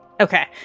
Okay